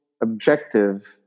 objective